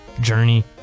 journey